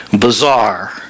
bizarre